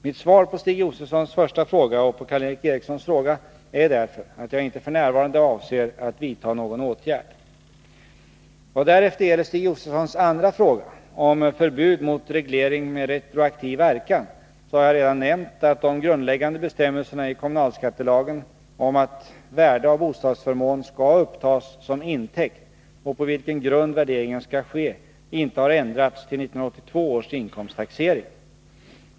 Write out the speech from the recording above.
Mitt svar på Stig Josefsons första fråga och på Karl Erik Erikssons fråga är därför att jag inte f. n. avser att vidta någon åtgärd. Vad därefter gäller Stig Josefsons andra fråga, om förbud mot reglering med retroaktiv verkan, har jag redan nämnt att de grundläggande bestämmelserna i kommunalskattelagen om att värde av bostadsförmån skall upptas som intäkt och på vilken grund värderingen skall ske inte har ändrats till 1982 års inkomsttaxering.